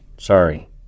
Sorry